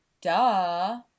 Duh